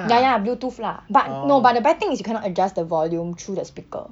ya ya bluetooth lah but no but the bad thing is you cannot adjust the volume through the speaker